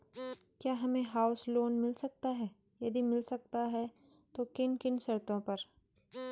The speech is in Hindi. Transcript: क्या हमें हाउस लोन मिल सकता है यदि मिल सकता है तो किन किन शर्तों पर?